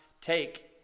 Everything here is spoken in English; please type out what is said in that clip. take